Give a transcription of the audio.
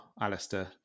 Alistair